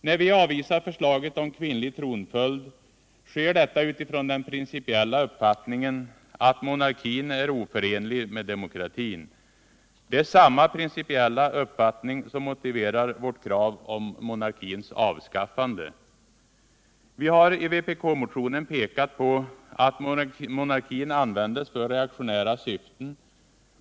När vi avvisar förslaget om kvinnlig tronföljd sker detta utifrån den principiella uppfattningen att monarkin är oförenlig med demokratin. Det är samma principiella uppfattning som motiverar vårt krav om monarkins avskaffande. Vi har i vpk-motionen pekat på att monarkin används för reaktionära syften.